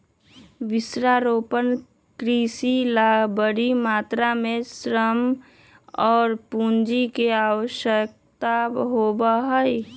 वृक्षारोपण कृषि ला बड़ी मात्रा में श्रम और पूंजी के आवश्यकता होबा हई